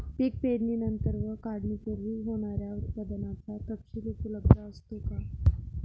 पीक पेरणीनंतर व काढणीपूर्वी होणाऱ्या उत्पादनाचा तपशील उपलब्ध असतो का?